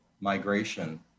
migration